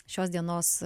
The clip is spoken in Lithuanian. šios dienos